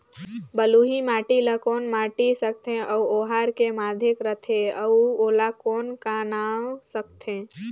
बलुही माटी ला कौन माटी सकथे अउ ओहार के माधेक राथे अउ ओला कौन का नाव सकथे?